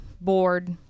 bored